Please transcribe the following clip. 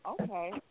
Okay